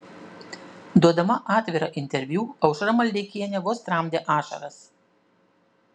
duodama atvirą interviu aušra maldeikienė vos tramdė ašaras